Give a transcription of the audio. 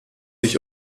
ich